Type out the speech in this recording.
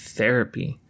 Therapy